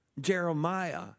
Jeremiah